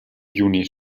juni